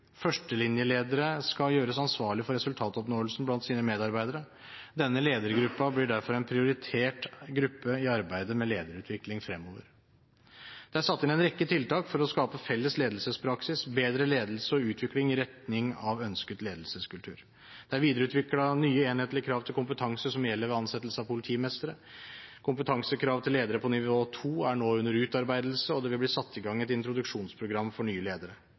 Førstelinjeledere skal gjøres ansvarlig for resultatoppnåelsen blant sine medarbeidere. Denne ledergruppen blir derfor en prioritert gruppe i arbeidet med lederutvikling fremover. Det er satt inn en rekke tiltak for å skape felles ledelsespraksis, bedre ledelse og utvikling i retning av ønsket ledelseskultur. Det er videreutviklet nye enhetlige krav til kompetanse, som gjelder ved ansettelse av politimestre. Kompetansekrav til ledere på nivå 2 er nå under utarbeidelse, og det vil bli satt i gang et introduksjonsprogram for nye ledere.